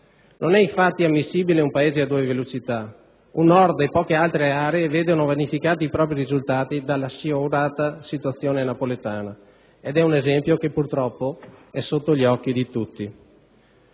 Non è infatti ammissibile un Paese a due velocità: un Nord e poche altre aree vedono vanificati i propri risultati dalla sciagurata situazione napoletana, ed è un esempio che purtroppo è sotto gli occhi di tutti.